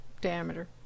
diameter